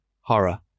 horror